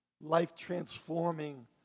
life-transforming